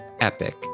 epic